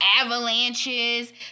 Avalanches